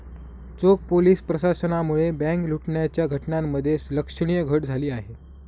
चोख पोलीस प्रशासनामुळे बँक लुटण्याच्या घटनांमध्ये लक्षणीय घट झाली आहे